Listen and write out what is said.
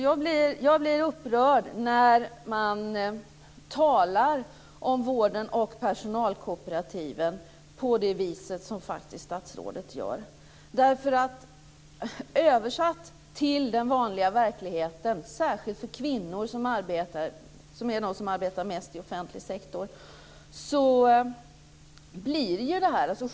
Jag blir upprörd när man talar om vården och personalkooperativen på det viset som statsrådet gör, översatt till den vanliga verkligheten och särskilt för kvinnor som är de som arbetar mest inom offentlig sektor.